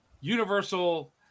universal